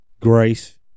grace